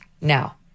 Now